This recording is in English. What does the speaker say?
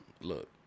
Look